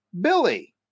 Billy